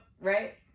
right